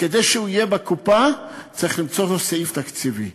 וכדי שהוא יהיה בקופה צריך למצוא לו סעיף תקציבי.